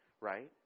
Right